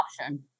option